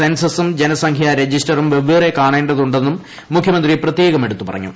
സെൻസസും ജനസംഖ്യു രജിസ്റ്ററും വെവ്വേറെ കാണേണ്ടതുണ്ടെന്നും മുഖ്യമന്ത്രി പ്രിത്യേക്ം എടുത്തു പറഞ്ഞു